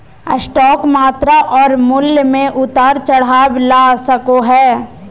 stock मात्रा और मूल्य में उतार चढ़ाव ला सको हइ